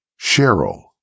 cheryl